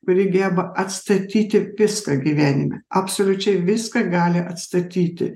kuri geba atstatyti viską gyvenime absoliučiai viską gali atstatyti